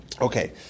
Okay